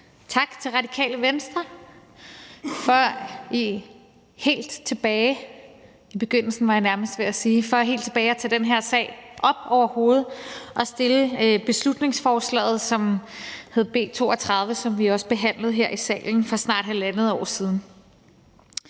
tak til Radikale Venstre for at tage den her sag op og fremsætte beslutningsforslaget for længe siden, som hed B 32, som vi også behandlede her i salen for snart halvandet år siden.